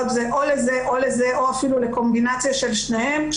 זה או לזה או לזה או אפילו לקומבינציה של שניהם,